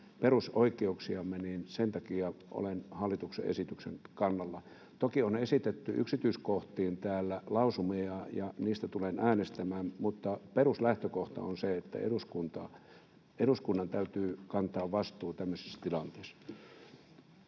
perusoikeuksiamme. Sen takia olen hallituksen esityksen kannalla. Toki on esitetty yksityiskohtiin täällä lausumia, ja niistä tulen äänestämään, mutta peruslähtökohta on se, että eduskunnan täytyy kantaa vastuu tämmöisessä tilanteessa.